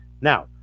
Now